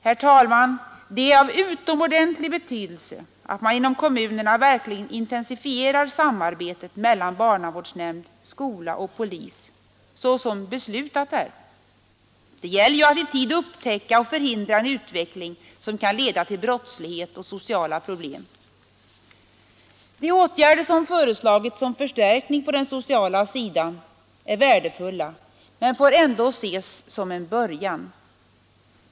Det är av utomordentligt stor betydelse att man inom kommunerna verkligen intensifierar det samarbete mellan barnavårdsnämnd, skola och polis som är beslutat. Det gäller ju att i tid upptäcka och förhindra en utveckling som kan leda till brottslighet och sociala problem. De åtgärder som föreslagits som fö kning på den sociala värdefulla men får ändå ses som en början.